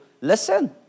listen